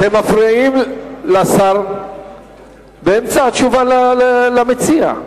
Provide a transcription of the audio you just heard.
אתם מפריעים לשר באמצע התשובה למציע.